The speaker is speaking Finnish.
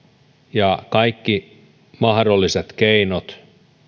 ja kaikki mahdolliset keinot